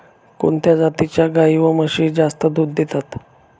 कोणत्या जातीच्या गाई व म्हशी जास्त दूध देतात?